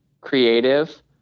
creative